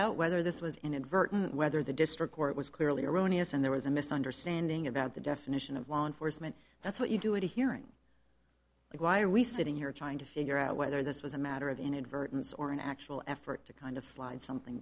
inadvertent whether the district court was clearly erroneous and there was a misunderstanding about the definition of law enforcement that's what you do a hearing why are we sitting here trying to figure out whether this was a matter of inadvertence or an actual effort to kind of slide something